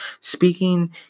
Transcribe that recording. Speaking